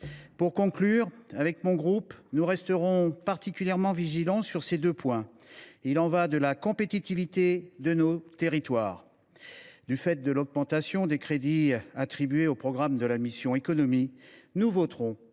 Pour conclure, le groupe Union Centriste restera particulièrement vigilant sur ces deux points. Il y va de la compétitivité de nos territoires. Du fait de l’augmentation des crédits attribués aux programmes de la mission « Économie », nous voterons